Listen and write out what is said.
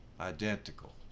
identical